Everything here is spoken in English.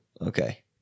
Okay